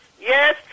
Yes